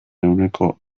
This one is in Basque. ehuneko